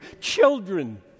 children